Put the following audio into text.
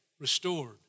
restored